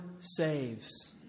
saves